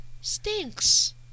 stinks